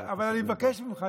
אבל אני מבקש ממך,